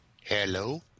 Hello